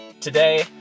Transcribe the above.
Today